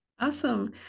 Awesome